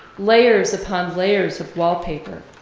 layers upon layers of wallpaper,